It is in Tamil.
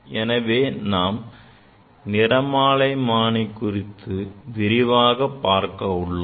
எனவே நாம் நிறமாலைமானி குறித்து விரிவாக பார்க்க உள்ளோம்